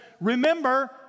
remember